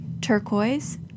turquoise